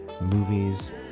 movies